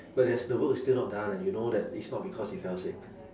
but there's the work still not done and you know that it's not because he fell sick